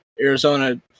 Arizona –